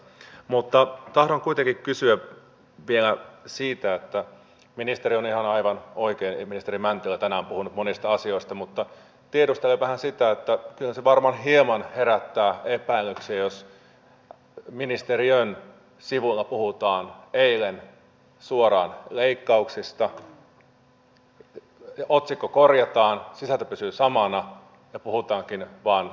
mutta tahdon kuitenkin kysyä vielä siitä ministeri mäntylä on aivan oikein tänään puhunut monista asioista mutta tiedustelen vähän sitä että kyllä se varmaan hieman herättää epäilyksiä jos ministeriön sivuilla puhuttiin eilen suoraan leikkauksista otsikko korjataan sisältö pysyy samana ja puhutaankin vain uudistamisesta